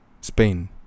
spain